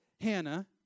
Hannah